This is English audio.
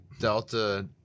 Delta